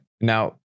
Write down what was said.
Now